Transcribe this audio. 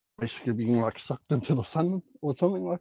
basically being like sucked into the sun or something